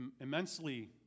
immensely